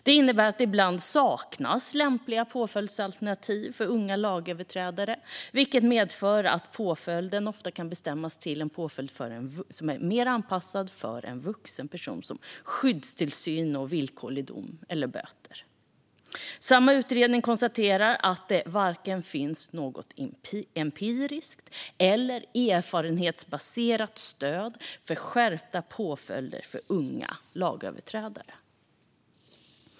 Det innebär att det ibland saknas lämpliga påföljdsalternativ för unga lagöverträdare, vilket medför att påföljden ofta kan bestämmas till en påföljd som är mer anpassad för en vuxen person, som skyddstillsyn och villkorlig dom eller böter. Samma utredningar konstaterar att det varken finns något empiriskt stöd eller något erfarenhetsbaserat stöd för skärpta påföljder för unga lagöverträdare.